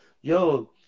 Yo